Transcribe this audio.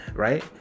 Right